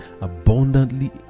abundantly